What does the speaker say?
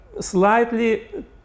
slightly